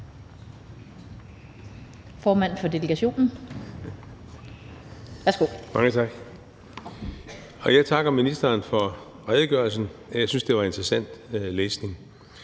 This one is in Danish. Jeg takker ministeren for redegørelsen. Jeg synes, det var interessant læsning.